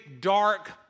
dark